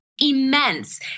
immense